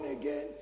again